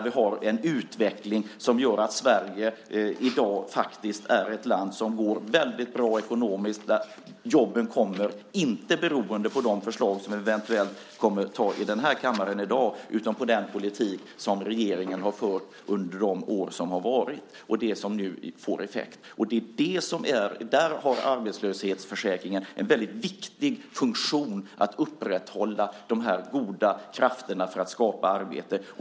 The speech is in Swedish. Vi har en utveckling som gör att Sverige i dag är ett land som går väldigt bra ekonomiskt, där jobben kommer inte beroende på de förslag som vi eventuellt kommer att ta i kammaren i dag utan beroende på den politik som regeringen har fört under de år som har varit och som nu får effekt. Där har arbetslöshetsförsäkringen en väldigt viktig funktion i att upprätthålla de här goda krafterna för att skapa arbete.